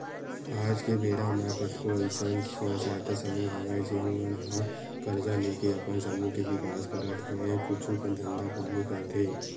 आज के बेरा म कतको अइसन स्व सहायता समूह हवय जेन मन ह करजा लेके अपन समूह के बिकास करत होय कुछु धंधा पानी करथे